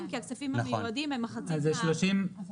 כי הכספים המיועדים הם מחצית מהסכום.